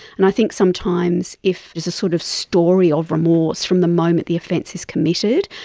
and i think sometimes if there's a sort of story of remorse from the moment the offence is committed,